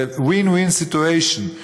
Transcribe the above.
זה win-win situation.